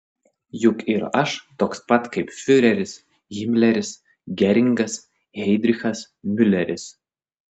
juk ir aš toks pat kaip fiureris himleris geringas heidrichas miuleris